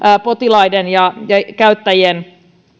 potilaiden ja käyttäjien